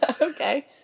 Okay